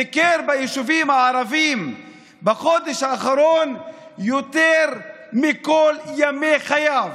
ביקר ביישובים הערביים בחודש האחרון יותר מבכל ימי חייו.